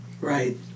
Right